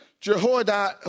Jehoiada